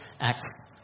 acts